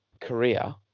Korea